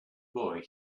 boy